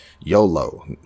YOLO